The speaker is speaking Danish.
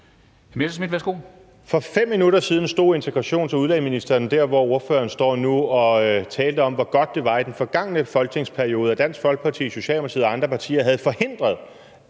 For 5 minutter siden stod integrations- og udlændingeministeren der, hvor ordføreren står nu, og talte om, hvor godt det var, at Dansk Folkeparti, Socialdemokratiet og andre partier i den forgangne